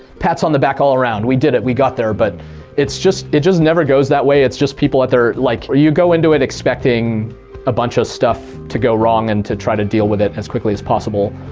pats on the back all around. we did it. we got there. but it's just it just never goes that way. it's just people at their, like or you go into it expecting a bunch of stuff to go wrong and to try to deal with it as quickly as possible.